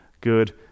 good